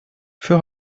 für